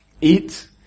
eat